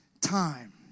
time